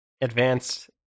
Advanced